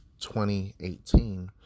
2018